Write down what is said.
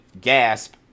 gasp